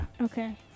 Okay